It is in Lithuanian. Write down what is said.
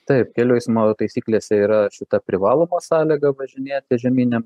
taip kelių eismo taisyklėse yra šita privaloma sąlyga važinėti žieminėm